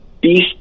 beast